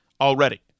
already